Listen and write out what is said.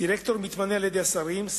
דירקטור מתמנה על-ידי השרים,